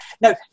No